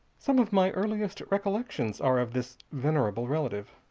some of my earliest recollections are of this venerable relative.